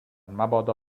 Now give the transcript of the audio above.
مبادا